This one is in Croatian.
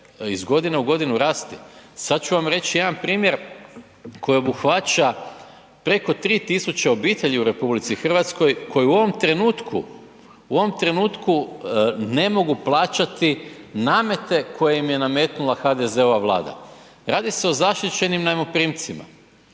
iz godine u godinu rasti. Sad ću vam reći jedan primjer koji obuhvaća preko 3000 obitelji u RH koje u ovom trenutku, u ovom trenutku ne mogu plaćati namete koje im je nametnula HDZ-ova Vlada. Radi se o zaštićenim najmoprimcima